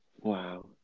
Wow